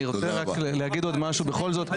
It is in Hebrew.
אני רוצה להגיד עוד משהו בכל זאת.